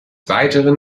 weiteren